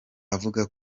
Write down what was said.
avuga